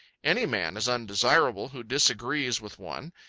any man is undesirable who disagrees with one.